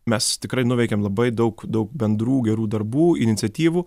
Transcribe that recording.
mes tikrai nuveikėm labai daug daug bendrų gerų darbų iniciatyvų